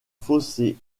fossés